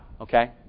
Okay